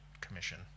Commission